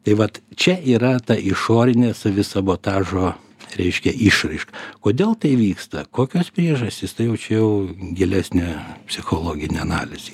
tai vat čia yra ta išorinė savisabotažo reiškia išraiška kodėl tai vyksta kokios priežastys tai jau čia jau gilesnė psichologinė analizė